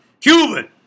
Cuban